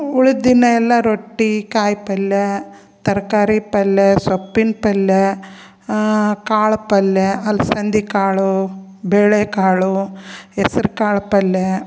ಉಳದ ದಿನ ಎಲ್ಲ ರೊಟ್ಟಿ ಕಾಯಿ ಪಲ್ಯ ತರಕಾರಿ ಪಲ್ಯ ಸೊಪ್ಪಿನ ಪಲ್ಯ ಕಾಳು ಪಲ್ಯ ಅಲ್ಸಂದೆ ಕಾಳು ಬೆಳೆ ಕಾಳು ಹೆಸ್ರ್ ಕಾಳು ಪಲ್ಯ